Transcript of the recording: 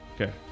okay